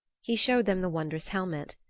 he showed them the wondrous helmet.